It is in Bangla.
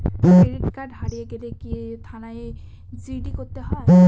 ক্রেডিট কার্ড হারিয়ে গেলে কি থানায় জি.ডি করতে হয়?